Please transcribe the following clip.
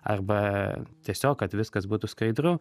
arba tiesiog kad viskas būtų skaidru